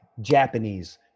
japanese